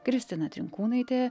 kristina trinkūnaitė